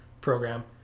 program